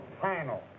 final